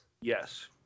Yes